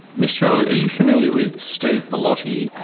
mr elliott, are you familiar with steve bellotti?